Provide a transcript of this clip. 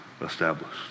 established